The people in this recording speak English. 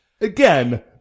Again